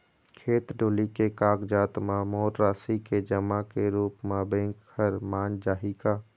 खेत डोली के कागजात म मोर राशि के जमा के रूप म बैंक हर मान जाही का?